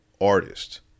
artist